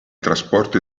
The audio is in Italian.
trasporto